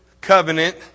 covenant